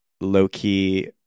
low-key